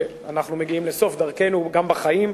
שאנחנו מגיעים לסוף דרכנו גם בחיים,